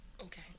Okay